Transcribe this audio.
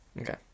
Okay